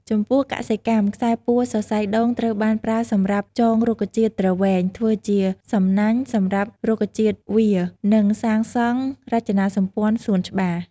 ចំពោះកសិកម្ម ខ្សែពួរសរសៃដូងត្រូវបានប្រើសម្រាប់ ចងរុក្ខជាតិទ្រវែង ធ្វើជាសំណាញ់សម្រាប់រុក្ខជាតិវារ និងសាងសង់រចនាសម្ព័ន្ធសួនច្បារ។